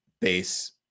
base